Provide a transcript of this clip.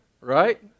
Right